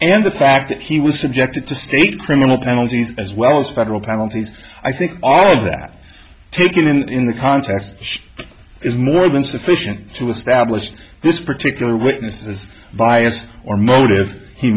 and the fact that he was subjected to state criminal penalties as well as federal penalties i think all of that taken in the context is more than sufficient to establish that this particular witness is biased or modest he